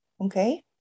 Okay